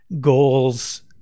goals